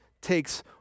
takes